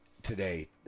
today